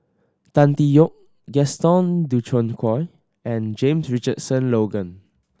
Tan Tee Yoke Gaston Dutronquoy and James Richardson Logan